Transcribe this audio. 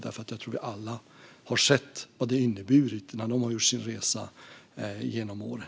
Jag tror att vi alla har sett vad deras resa har inneburit genom åren.